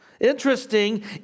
Interesting